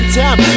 time